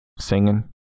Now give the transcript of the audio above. singing